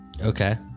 Okay